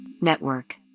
Network